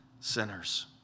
Sinners